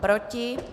Proti?